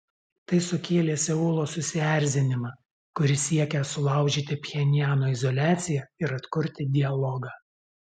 tai sukėlė seulo susierzinimą kuris siekia sulaužyti pchenjano izoliaciją ir atkurti dialogą